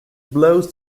blows